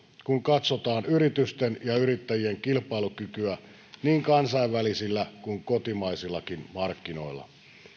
kun katsotaan yritysten ja yrittäjien kilpailukykyä niin kansainvälisillä kuin kotimaisillakin markkinoilla